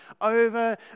over